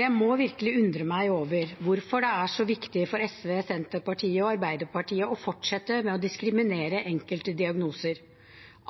Jeg må virkelig undre meg over hvorfor det er så viktig for SV, Senterpartiet og Arbeiderpartiet å fortsette å diskriminere enkelte diagnoser.